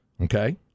Okay